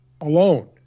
alone